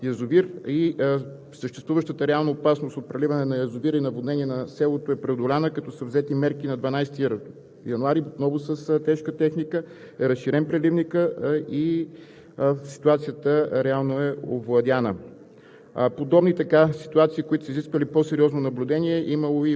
Предприети са абсолютно всички действия по отношение на този язовир и съществуващата реална опасност от преливане на язовира и наводнение на селото е преодоляна, като са взети мерки – на 12 януари отново с тежка техника е разширен преливникът и ситуацията реално е овладяна.